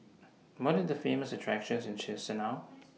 money The Famous attractions in Chisinau